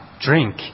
drink